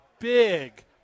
big